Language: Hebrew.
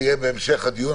זה יהיה בהמשך הדיון.